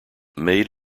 maid